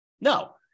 No